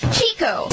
Chico